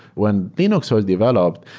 when linux was developed,